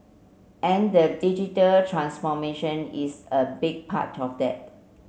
and the digital transformation is a big part of that